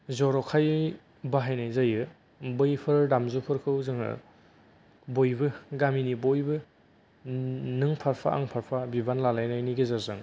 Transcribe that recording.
जरखायै बाहायनाय जायो बैफोर दमाजु फोरखौ जोङो बयबो गामिनि बयबो नों फारफा आं फारफा बिबान लालायनायनि गेजेरजों